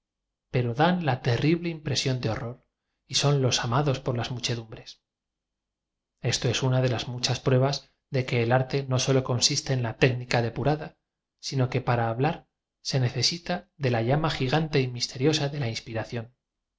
pero dan la terri ble impresión de horror y son los amados por las muchedumbres esto es una de las t muchas pruebas de que el arte no solo con siste en la técnica depurada sino que para w hablar se necesita de la llama gigante y misteriosa de la inspiración